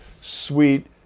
sweet